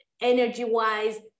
energy-wise